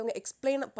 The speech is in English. explain